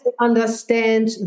understand